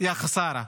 כי שר מגיע